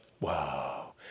wow